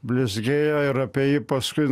blizgėjo ir apie jį paskui